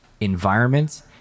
environments